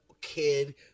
kid